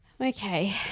Okay